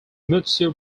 mutsu